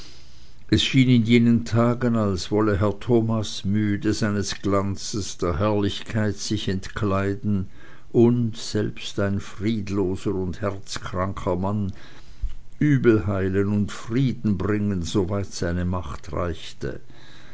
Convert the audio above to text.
es schien in jenen tagen als wolle herr thomas müde seines glanzes der herrlichkeit sich entkleiden und selbst ein friedloser und herzkranker mann übel heilen und frieden bringen soweit seine macht reichte